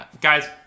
Guys